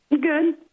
Good